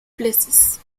places